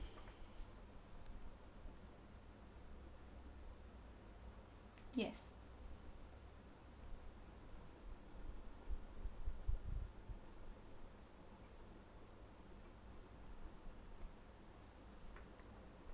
yes